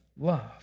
love